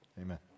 Amen